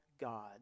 God